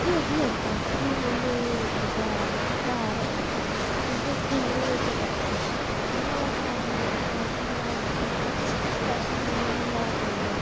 जे कुदै फैक्टरी खोल्ली दी कुसै घर बिजनेस खोल्ले दे कुसै किश इ'यां गै जनानियें इक फैशन डिजानिंग फैशन डिजानिंग दा ओह् खोल्ले दा